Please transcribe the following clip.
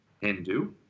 Hindu